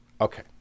Okay